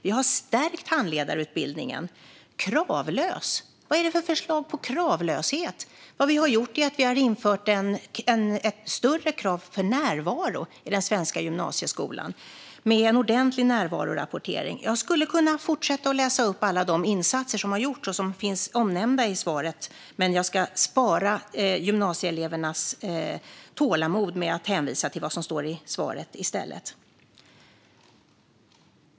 Vi har stärkt handledarutbildningen. Och vad är det för förslag på kravlöshet som Roger Haddad talar om? Vad vi har gjort är att vi har infört ett större krav på närvaro i den svenska gymnasieskolan med en ordentlig närvarorapportering. Jag skulle kunna fortsätta att läsa upp alla de insatser som har gjorts och nämndes tidigare i mitt svar, men jag ska spara gymnasieelevernas tålamod och i stället hänvisa till det som jag sa tidigare.